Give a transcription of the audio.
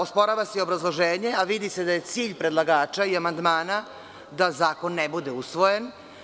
Osporava se i obrazloženje, a vidi se da je cilj predlagača i amandmana da zakon ne bude usvojen.